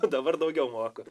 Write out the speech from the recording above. nu dabar daugiau moku